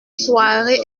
soirée